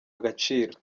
agaciro